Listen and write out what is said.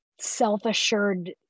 self-assured